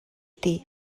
дээ